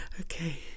okay